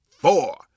Four